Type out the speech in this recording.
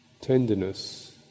tenderness